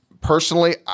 personally